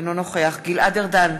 אינו נוכח גלעד ארדן,